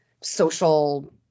social